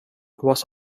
was